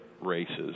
races